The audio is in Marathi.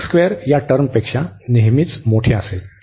आणि हे टर्मपेक्षा नेहमीच मोठे असेल